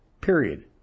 Period